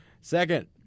Second